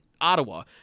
Ottawa